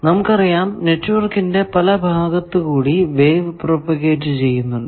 നമുക്കറിയാം നെറ്റ്വർക്കിന്റെ പല ഭാഗത്തു കൂടി വേവ് പ്രൊപഗേറ്റ് ചെയ്യുന്നുണ്ട്